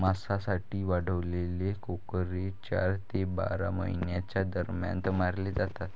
मांसासाठी वाढवलेले कोकरे चार ते बारा महिन्यांच्या दरम्यान मारले जातात